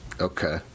Okay